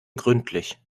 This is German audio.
gründlich